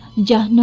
john